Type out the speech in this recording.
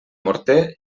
morter